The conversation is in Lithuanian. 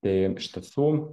tai iš tiesų